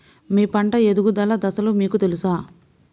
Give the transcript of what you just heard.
మీ పంట ఎదుగుదల దశలు మీకు తెలుసా?